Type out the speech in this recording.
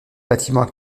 bâtiments